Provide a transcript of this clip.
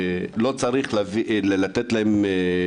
הוא לא מוכן לתת לי להביא את המנופים אבל מה?